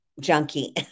junkie